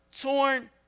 torn